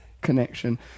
connection